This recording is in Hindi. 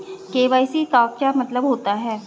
के.वाई.सी का क्या मतलब होता है?